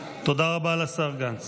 (חותם על ההצהרה) תודה רבה לשר גנץ.